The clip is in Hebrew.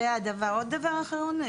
דבר אחרון,